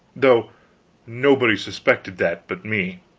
though nobody suspected that but me.